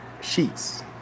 sheets